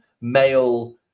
male